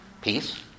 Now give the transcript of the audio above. peace